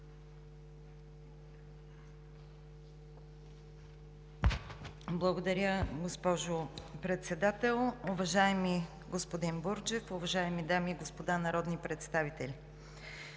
Благодаря, госпожо Председател. Уважаеми господин Али, уважаеми дами и господа народни представители!